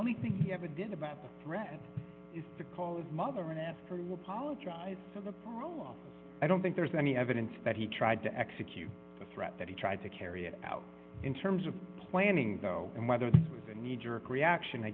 only thing he ever did about the threat is the call of mother in africa policy i don't think there's any evidence that he tried to execute the threat that he tried to carry it out in terms of planning though and whether the knee jerk reaction i